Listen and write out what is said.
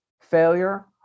failure